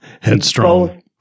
headstrong